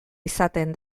izaten